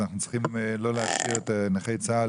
אנחנו צריכים לא להשאיר את נכי צה"ל